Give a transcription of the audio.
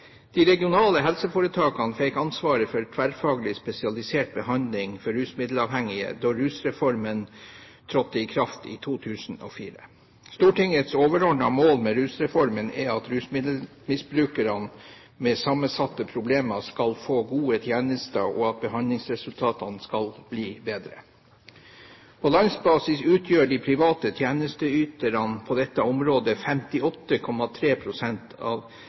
De regionale helseforetakene fikk ansvaret for tverrfaglig spesialisert behandling av rusmiddelavhengige da Rusreformen trådte i kraft i 2004. Stortingets overordnede mål med Rusreformen er at rusmiddelmisbrukere med sammensatte problemer skal få gode tjenester, og at behandlingsresultatene skal bli bedre. På landsbasis utgjør de private tjenesteyterne på dette området 58,3 pst. av